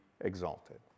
exalted